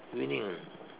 winning